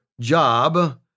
job